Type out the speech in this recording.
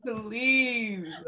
please